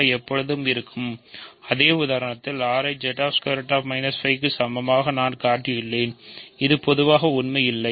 வ எப்போதும் இருக்கும் அதே உதாரணத்தில் R ஐ Z ✓ 5 க்கு சமமாக நான் மீண்டும் சுட்டிக்காட்டியுள்ளேன் இது பொதுவாக உண்மை இல்லை